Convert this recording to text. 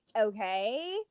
okay